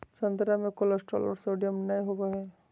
संतरा मे कोलेस्ट्रॉल और सोडियम नय होबय हइ